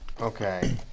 Okay